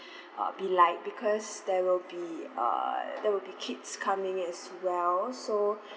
uh be like because there will be err there will be kids coming as well so